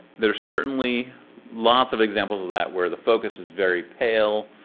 there's certainly lots of examples of that, where the focus is very pale.